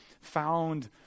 found